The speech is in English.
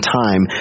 time